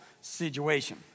situation